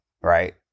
right